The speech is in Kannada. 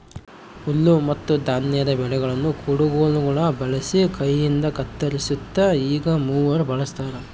ಹುಲ್ಲುಮತ್ತುಧಾನ್ಯದ ಬೆಳೆಗಳನ್ನು ಕುಡಗೋಲುಗುಳ್ನ ಬಳಸಿ ಕೈಯಿಂದಕತ್ತರಿಸ್ತಿತ್ತು ಈಗ ಮೂವರ್ ಬಳಸ್ತಾರ